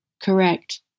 Correct